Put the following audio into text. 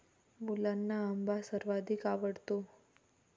मुलांना आंबा सर्वाधिक आवडतो